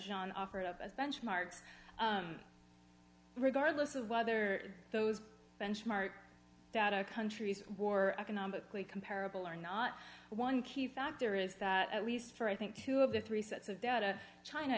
john offered up as benchmarks regardless of whether those benchmarks that a countries war economically comparable or not one key factor is that at least for i think two of the three sets of data china